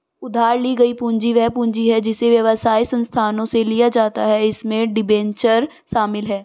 उधार ली गई पूंजी वह पूंजी है जिसे व्यवसाय संस्थानों से लिया जाता है इसमें डिबेंचर शामिल हैं